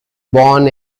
born